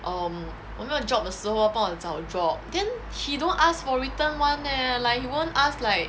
um 我没有 job 的时候他帮我找 job then he don't ask for return [one] leh like he won't ask like